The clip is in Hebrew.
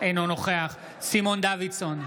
בעד סימון דוידסון,